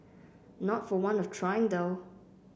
not for want of trying though